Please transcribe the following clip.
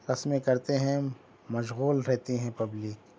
رسمیں کرتے ہیں مشغول رہتی ہے پبلک